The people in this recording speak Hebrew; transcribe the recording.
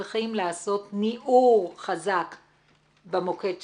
אתם צריכים לעשות ניעור חזק במוקד שלכם.